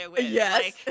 Yes